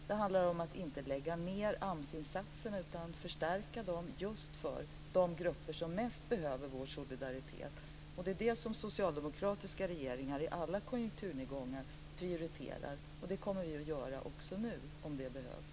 Det handlar om att inte lägga ned AMS-insatser utan att förstärka dem just för de grupper som mest behöver vår solidaritet. Det är det som socialdemokratiska regeringar i alla konjunkturnedgångar prioriterar. Det kommer vi att göra också nu om det behövs.